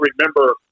remember